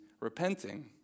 repenting